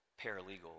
paralegal